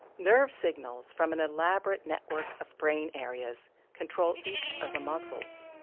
nerve signals from an elaborate network of brain areas control each of the muscles,